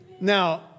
Now